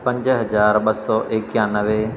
पंज हज़ार ॿ सौ एकानवे